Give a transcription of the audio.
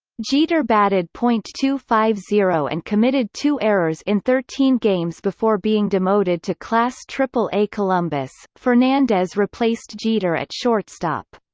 jeter batted point two five zero and committed two errors in thirteen games before being demoted to class aaa columbus fernandez replaced jeter at shortstop.